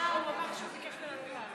הן לא פה.